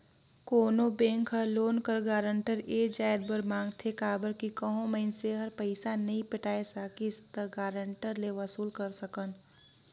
कोनो बेंक हर लोन कर गारंटर ए जाएत बर मांगथे काबर कि कहों मइनसे हर पइसा नी पटाए सकिस ता गारंटर ले वसूल कर सकन